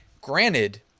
Granted